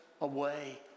away